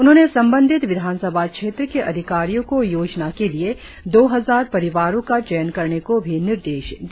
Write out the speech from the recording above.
उन्होंने संबंधित विधानसभा क्षेत्र के अधिकारियों को योजना के लिए दो हजार परिवारों का चयन करने को भी निर्देश दिया